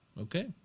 okay